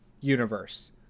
universe